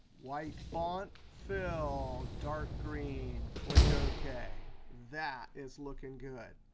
white font. fill dark green. click ok. that is looking good.